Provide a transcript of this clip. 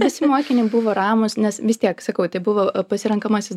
visi mokiniai buvo ramūs nes vis tiek sakau tai buvo pasirenkamasis